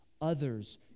others